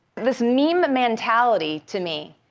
this meme mentality to me,